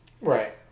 Right